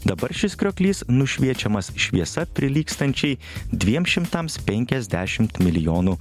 dabar šis krioklys nušviečiamas šviesa prilygstančiai dviems šimtams penkiasdešimt milijonų